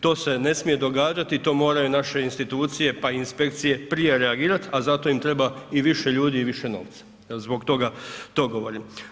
To se ne smije događati i to moraju naše institucije pa i inspekcije prije reagirati a zato im treba i više ljudi i više novca, zbog toga to govorim.